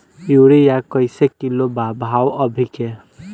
Urea कइसे kilo बा भाव अभी के?